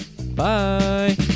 bye